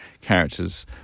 characters